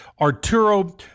Arturo